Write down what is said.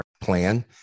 plan